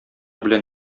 белән